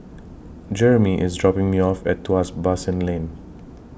Jeramy IS dropping Me off At Tuas Basin Lane